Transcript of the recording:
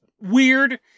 weird